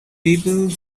people